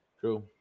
True